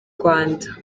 rwanda